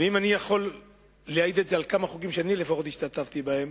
ואני יכול להעיד את זה על כמה חוקים שאני לפחות השתתפתי בהם.